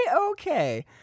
okay